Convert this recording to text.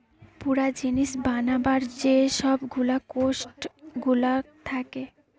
পুরা জিনিস বানাবার যে সব গুলা কোস্ট গুলা থাকে